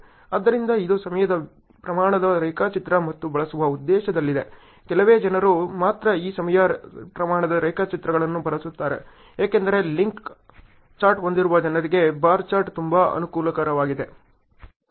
ಆದ್ದರಿಂದ ಇದು ಸಮಯದ ಪ್ರಮಾಣದ ರೇಖಾಚಿತ್ರ ಮತ್ತು ಬಳಸುವ ಉದ್ದೇಶದಲ್ಲಿದೆ ಕೆಲವೇ ಜನರು ಮಾತ್ರ ಈ ಸಮಯ ಪ್ರಮಾಣದ ರೇಖಾಚಿತ್ರಗಳನ್ನು ಬಳಸುತ್ತಾರೆ ಏಕೆಂದರೆ ಲಿಂಕ್ ಚಾರ್ಟ್ ಹೊಂದಿರುವ ಜನರಿಗೆ ಬಾರ್ ಚಾರ್ಟ್ ತುಂಬಾ ಅನುಕೂಲಕರವಾಗಿದೆ